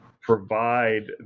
provide